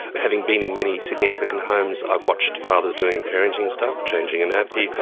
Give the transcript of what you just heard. having been in many sydney anglican homes i've watched fathers doing parenting stuff changing a nappy,